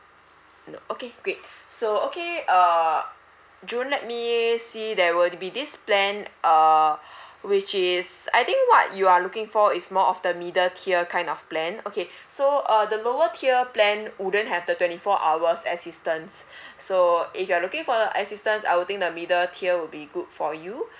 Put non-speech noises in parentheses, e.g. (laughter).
no okay great so okay uh june let me see there will be this plan uh which is I think what you are looking for is more of the middle tier kind of plan okay so uh the lower tier plan wouldn't have the twenty four hours assistance (breath) so if you are looking for the assistance I will think the middle tier will be good for you